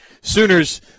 Sooners